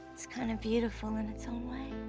it's kind of beautiful in its own way.